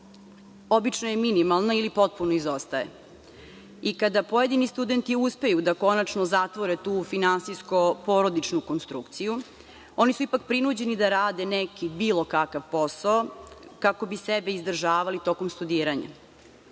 obično je minimalna ili potpuno izostaje. I kada pojedini studenti uspeju da konačno zatvore tu finansijsko-porodičnu konstrukciju, oni su ipak prinuđeni da rade neki, bilo kakav posao, kako bi sebe izdržavali tokom studiranja.